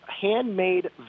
handmade